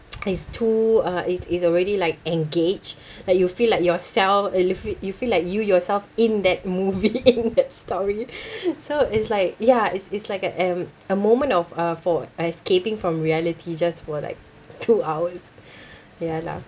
is too uh it's it's already like engaged like you feel like yourself el~ you feel like you yourself in that movie in that story so it's like ya it's it's like a um a moment of uh for escaping from reality just for like two hours ya lah